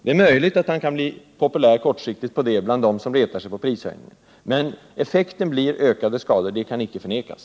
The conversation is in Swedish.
Det är möjligt att han kan bli kortsiktigt populär på det bland dem som retar sig på prishöjningar, men effekten blir ökade skador. Det kan icke förnekas.